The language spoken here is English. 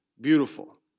beautiful